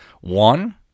One